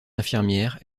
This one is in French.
infirmière